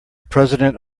president